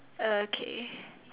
okay